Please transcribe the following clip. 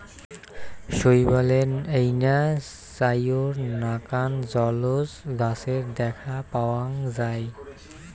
শৈবালের এইনা চাইর নাকান জলজ গছের দ্যাখ্যা পাওয়াং যাই